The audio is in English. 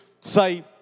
say